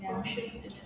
ya